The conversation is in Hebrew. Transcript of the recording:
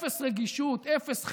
אפס רגישות, אפס חמלה,